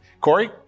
Corey